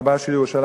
רבּה של ירושלים,